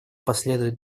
последуют